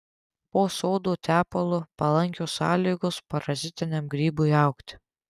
po sodo tepalu palankios sąlygos parazitiniam grybui augti